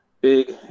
big